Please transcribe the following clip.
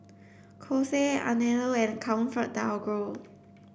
Kose Anello and ComfortDelGro